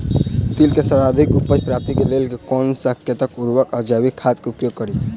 तिल केँ सर्वाधिक उपज प्राप्ति केँ लेल केँ कुन आ कतेक उर्वरक वा जैविक खाद केँ उपयोग करि?